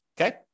Okay